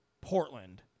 Portland